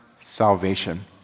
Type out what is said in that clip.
salvation